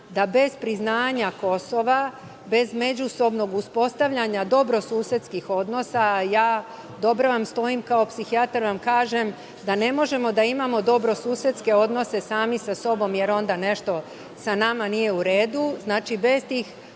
da bez priznanja Kosova, bez međusobnog uspostavljanja dobrosusedskih odnosa, kao psihijatar vam dobro stojim i kažem da ne možemo daimamo dobrosusedske odnose sami sa sobom, jer onda nešto sa nama nije u redu. Znači, bez tih